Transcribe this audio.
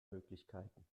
möglichkeiten